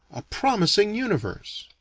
a promising universe.